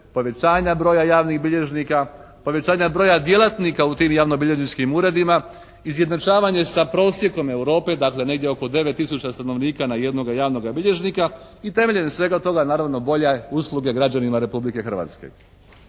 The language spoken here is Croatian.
povećanja broja javnih bilježnika, povećanja broja djelatnika u tim javnobilježničkim uredima, izjednačavanje sa prosjekom Europe dakle negdje oko 9 tisuća stanovnika na jednoga javnoga bilježnika i temeljem svega toga naravno toga bolje usluge građanima Republike Hrvatske.